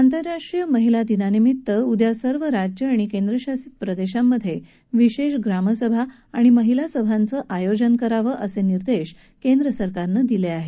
आंतरराष्ट्रीय महिला दिनानिमित्त उद्या सर्व राज्य आणि केंद्र शासित प्रदेशांमध्ये विशेष ग्रामसभा आणि महिला सभांचं आयोजन तकरावं असे निर्देश केंद्र सरकारनं दिले आहेत